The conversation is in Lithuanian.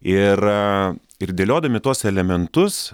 ir ir dėliodami tuos elementus